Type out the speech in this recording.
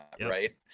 Right